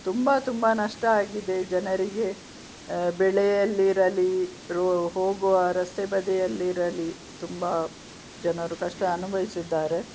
ತುಂಬಾ ತುಂಬಾ ನಷ್ಟ ಆಗಿದೆ ಜನರಿಗೆ ಬೆಳೆಯಲ್ಲಿರಲಿ ರೋ ಹೋಗುವ ರಸ್ತೆ ಬದೆಯಲ್ಲಿರಲಿ ತುಂಬಾ ಜನರು ಕಷ್ಟ ಅನುಭವಿಸಿದ್ದಾರೆ